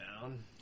down